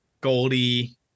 goldie